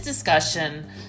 discussion